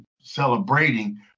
celebrating